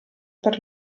per